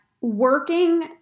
working